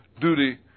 duty